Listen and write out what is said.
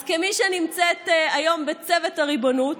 אז כמי שנמצאת היום בצוות הריבונות,